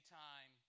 time